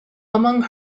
among